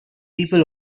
people